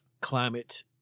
climate